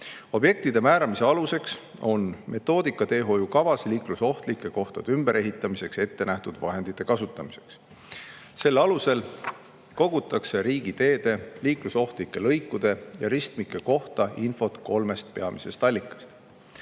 Objektide määramise aluseks on metoodika teehoiukavas liiklusohtlike kohtade ümberehitamiseks ettenähtud vahendite kasutamiseks. Selle alusel kogutakse riigiteede liiklusohtlike lõikude ja ristmike kohta infot kolmest peamisest allikast.